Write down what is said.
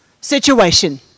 situation